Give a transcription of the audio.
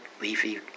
leafy